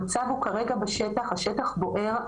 המצב הוא כרגע בשטח, השטח בוער.